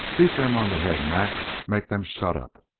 beat them on the head, max make them shut up!